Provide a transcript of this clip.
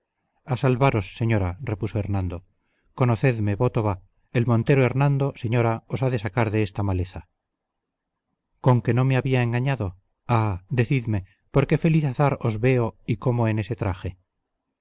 a salvaros señora repuso hernando conocedme voto va el montero hernando señora os ha de sacar de esta maleza conque no me había engañado ah decidme por qué feliz azar os veo y cómo en ese traje